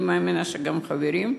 אני מאמינה שגם חברים,